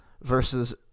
versus